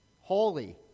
Holy